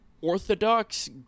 Orthodox